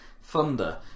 thunder